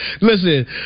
Listen